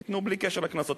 תיתנו בלי קשר לקנסות.